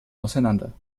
auseinander